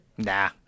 Nah